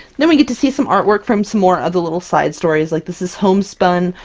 then we get to see some artwork from some more of the little side stories. like this is homespun,